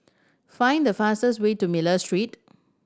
find the fastest way to Miller Street